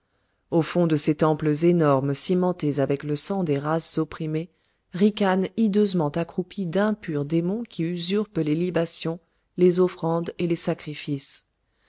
au fond de ces temples énormes cimentés avec le sang des races opprimées ricanent hideusement accroupis d'impurs démons qui usurpent les libations les offrandes et les sacrifices